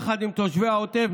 יחד עם תושבי העוטף,